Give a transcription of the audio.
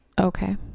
Okay